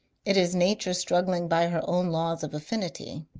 it is nature struggling by her own laws of affinity